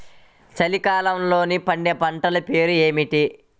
చలికాలంలో పండే పంటల పేర్లు ఏమిటీ?